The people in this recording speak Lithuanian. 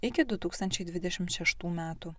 iki du tūkstančiai dvidešimt šeštų metų